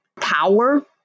power